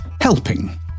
helping